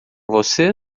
você